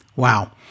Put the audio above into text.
Wow